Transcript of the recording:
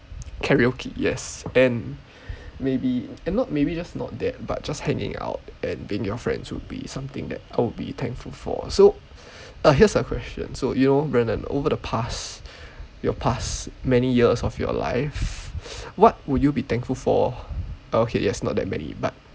karaoke yes and maybe and not maybe just not that but just hanging and being with your friends would be something that I would be thankful for so here's a question so you know Brandon over the past your past many years of your life what would you be thankful for okay yes not that many but